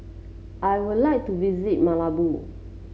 I would like to visit Malabo